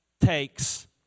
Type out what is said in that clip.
takes